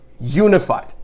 unified